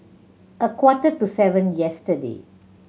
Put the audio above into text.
a quarter to seven yesterday